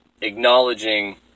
acknowledging